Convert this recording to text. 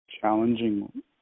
challenging